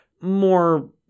more